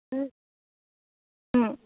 Om Om